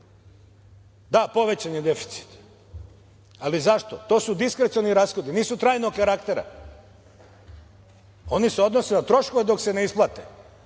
povećan je deficit. Ali, zašto? To su diskrecioni rashodi, nisu trajnog karaktera. Oni se odnose na troškove dok se ne isplate.